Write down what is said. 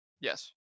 Yes